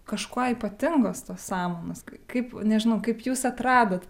kažkuo ypatingos tos samanos kaip nežinau kaip jūs atradot